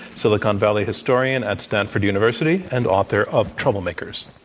silicon valley historian at stanford university and author of troublemakers.